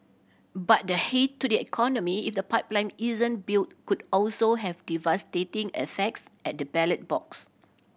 but the hit to the economy if the pipeline isn't built could also have devastating effects at the ballot box